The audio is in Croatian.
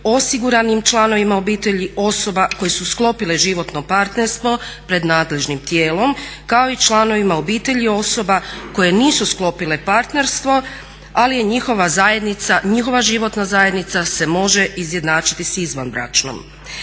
osiguranim članovima obitelji osoba koje su sklopile životno partnerstvo pred nadležnim tijelom kao i članovima obitelji osoba koje nisu sklopile partnerstvo ali njihova životna zajednica se može izjednačiti s izvanbračnom.